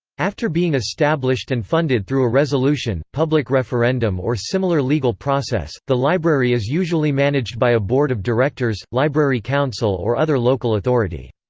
after being established and funded through a resolution, public referendum or similar legal process, the library is usually managed by a board of directors, library council or other local authority.